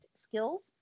skills